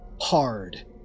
hard